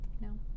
no